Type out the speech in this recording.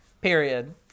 period